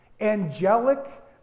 angelic